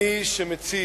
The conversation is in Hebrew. מי שמצית,